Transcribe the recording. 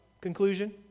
conclusion